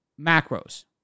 macros